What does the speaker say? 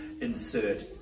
insert